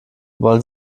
wollen